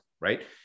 Right